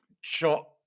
shot